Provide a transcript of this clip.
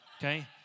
okay